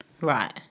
Right